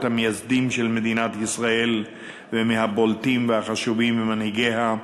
המייסדים של מדינת ישראל ומהבולטים והחשובים ממנהיגיה,